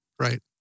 right